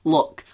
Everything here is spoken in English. Look